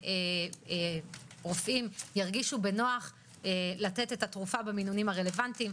ורופאים ירגישו בנוח לתת את התרופה במינונים הרלוונטיים.